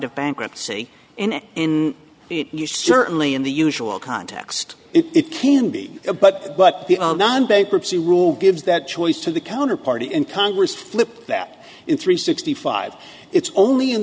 of bankruptcy and in the you certainly in the usual context it can be a but but the bankruptcy rule gives that choice to the counter party in congress flip that in three sixty five it's only in